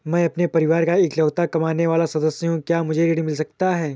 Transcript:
मैं अपने परिवार का इकलौता कमाने वाला सदस्य हूँ क्या मुझे ऋण मिल सकता है?